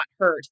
hurt